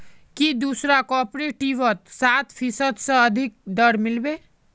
की दूसरा कॉपरेटिवत सात फीसद स अधिक दर मिल बे